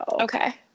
Okay